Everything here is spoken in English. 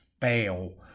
fail